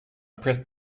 pressed